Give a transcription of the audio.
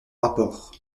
rapport